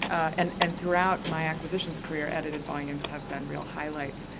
and and throughout my acquisitions career, edited volumes have been real highlights.